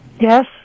Yes